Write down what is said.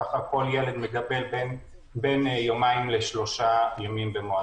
כך כל ילד מקבל בין יומיים לשלושה ימים במועדונית.